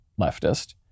leftist